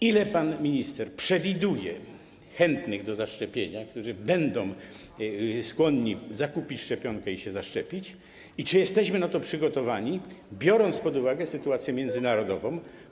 Ile pan minister przewiduje chętnych do zaszczepienia, którzy będą skłonni zakupić szczepionkę i się zaszczepić, i czy jesteśmy na to przygotowani, biorąc pod uwagę sytuację międzynarodową?